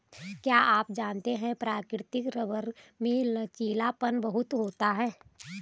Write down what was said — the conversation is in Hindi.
क्या आप जानते है प्राकृतिक रबर में लचीलापन बहुत होता है?